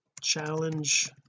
challenge